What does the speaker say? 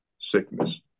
sickness